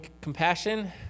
compassion